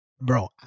bro